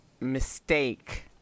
mistake